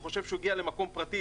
הוא חושב שהוא הגיע למקום פרטי,